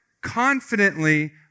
confidently